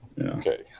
Okay